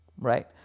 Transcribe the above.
right